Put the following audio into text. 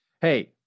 hey